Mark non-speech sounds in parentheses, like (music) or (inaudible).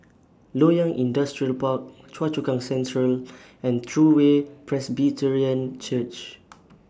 Loyang Industrial Park Choa Chu Kang Central and True Way Presbyterian Church (noise)